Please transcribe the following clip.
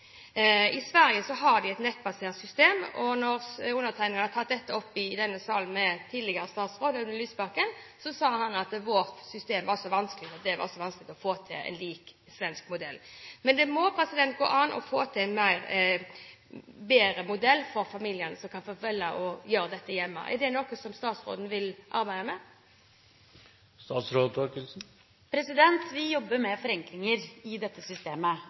I Sverige har de et nettbasert system, og da undertegnede tok dette opp i denne salen med tidligere statsråd Audun Lysbakken, sa han at vårt system var så vanskelig at det var vanskelig å få til en modell lik den svenske. Men det må kunne gå an å få til en bedre modell for familiene, slik at de kan velge å gjøre dette hjemme. Er det noe som statsråden vil arbeide med? Vi jobber med forenklinger i dette systemet,